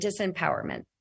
disempowerment